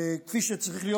כפי שצריך להיות.